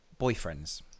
boyfriends